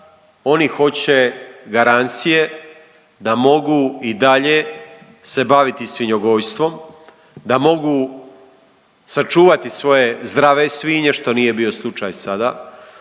Oni hoće garancije da mogu i dalje se baviti svinjogojstvom, da mogu sačuvati svoje zdrave svinje što nije bio slučaj sada,